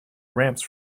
ramps